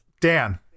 dan